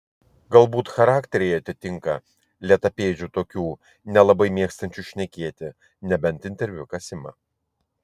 galbūt charakteriai atitinka lėtapėdžių tokių nelabai mėgstančių šnekėti nebent interviu kas ima